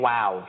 Wow